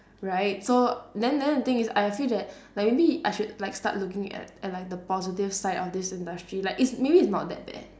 right so then then the thing is I feel that like maybe I should like start looking at at like the positive side of this industry like it's maybe it's not that bad